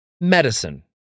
Medicine